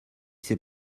s’est